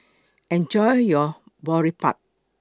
Enjoy your Boribap